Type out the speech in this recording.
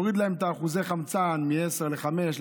נוריד להם את אחוזי החמצן מ-10 ל-5,